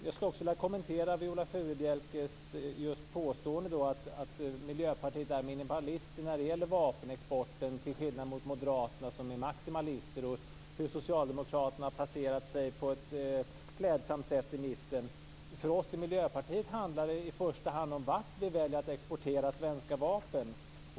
Jag vill också kommentera Viola Furubjelkes påstående att Miljöpartiet är minimalistiskt när det gäller vapenexporten till skillnad från moderaterna som är maximalister och från socialdemokraterna som på ett klädsamt sätt har placerat sig i mitten. För oss i Miljöpartiet handlar det i första hand vart svenska vapen skall exporteras.